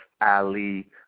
Ali